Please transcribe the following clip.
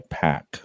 pack